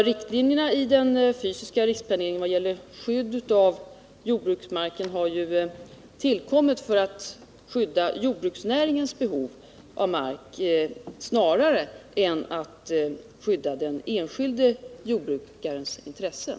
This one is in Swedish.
Riktlinjerna i den fysiska riksplaneringen vad gäller skydd av jordbruksmarken har ju tillkommit för att skydda jordbruksnäringens behov av mark snarare än att skydda den enskilde jordbrukarens intressen.